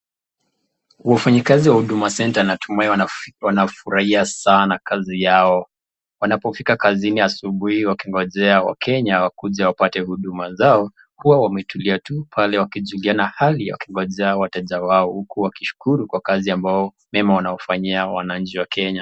Wafanyikazi wa Huduma Centre natumai wanafurahi sana kazi yao. Wanapofika kazini asubuhi wakigonjea wakenya wakuje wapate huduma zao huwa wametulia tu pale wakijuliana hali wakigonjea wateja wao uku wakishukuru kwa kazi ambao mema wanaofanyia wananchi wa Kenya.